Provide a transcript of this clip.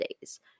days